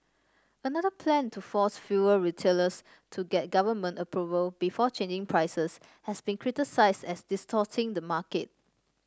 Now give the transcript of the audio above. another plan to force fuel retailers to get government approval before changing prices has been criticised as distorting the market